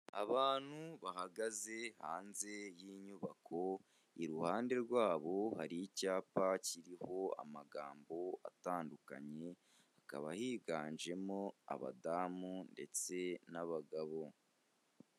Abantu bahagaze hanze y'inyubako, iruhande rwabo hari icyapa kiriho amagambo atandukanye, hakaba higanjemo abadamu ndetse n'abagabo.